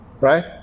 right